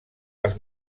els